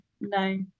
no